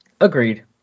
Agreed